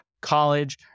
college